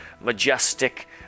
majestic